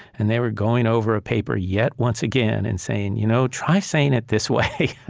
and they were going over a paper yet once again and saying, you know, try saying it this way.